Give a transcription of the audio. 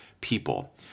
people